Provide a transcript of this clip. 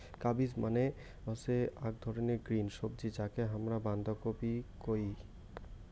cabbage মানে হসে আক ধরণের গ্রিন সবজি যাকে হামরা বান্ধাকপি কুহু